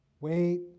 wait